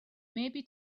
maybe